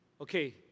okay